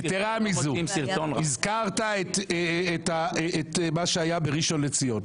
יתירה מזו, הזכרת את מה שהיה בראשון לציון.